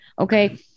okay